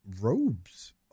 robes